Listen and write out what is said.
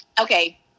okay